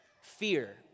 Fear